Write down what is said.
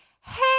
hey